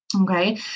Okay